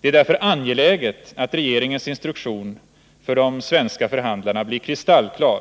Det är därför angeläget att regeringens instruktion för de svenska förhandlarna blir kristallklar